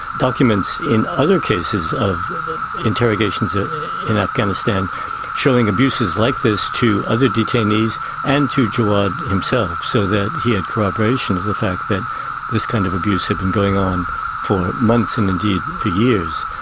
documents in other cases of interrogations ah in afghanistan showing abuses like this to other detainees and to jawad himself, so that he had corroboration of the fact that this kind of abuse had been going on for months and indeed for years.